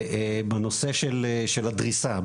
בנושא של הדריסה,